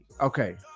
okay